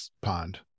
pond